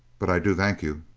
but i do thank you.